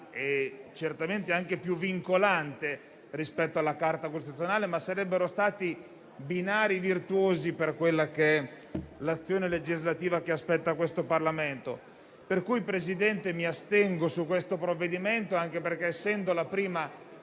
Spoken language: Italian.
forte e anche più vincolante rispetto alla Carta costituzionale, ma sarebbero stati binari virtuosi per l'azione legislativa che spetta a questo Parlamento. Per cui, Presidente, mi astengo su questo provvedimento, anche perché, essendo la prima